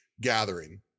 gathering